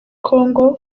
congo